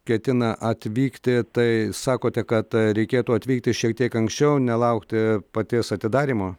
ketina atvykti tai sakote kad reikėtų atvykti šiek tiek anksčiau nelaukti paties atidarymo